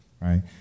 right